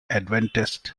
adventist